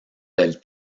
del